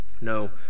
no